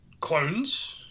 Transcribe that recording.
clones